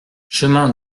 chemin